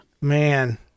Man